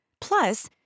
Plus